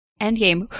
Endgame